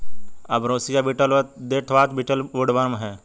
ambrosia beetle व deathwatch beetle woodworm हैं